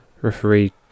Referee